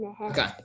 Okay